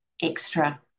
Extra